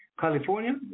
California